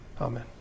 Amen